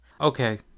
Okay